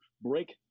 break